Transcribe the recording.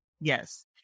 yes